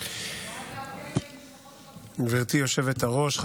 אני מזמינה את יושב-ראש ועדת החוקה,